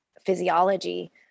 physiology